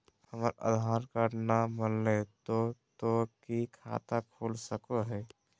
हमर आधार कार्ड न बनलै तो तो की खाता खुल सको है?